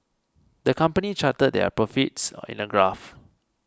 the company charted their profits in a graph